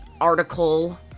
article